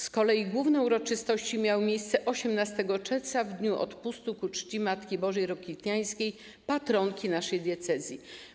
Z kolei główne uroczystości miały miejsce 18 czerwca w dniu odpustu ku czci Matki Bożej Rokitniańskiej, patronki naszej diecezji.